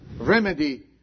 remedy